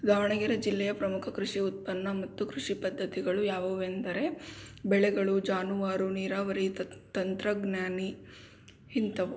ದಾವಣಗೆರೆ ಜಿಲ್ಲೆಯ ಪ್ರಮುಖ ಕೃಷಿ ಉತ್ಪನ್ನ ಮತ್ತು ಕೃಷಿ ಪದ್ಧತಿಗಳು ಯಾವುವು ಎಂದರೆ ಬೆಳೆಗಳು ಜಾನುವಾರು ನೀರಾವರಿ ತತ್ ತಂತ್ರಜ್ಞಾನ ಇಂಥವು